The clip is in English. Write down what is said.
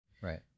Right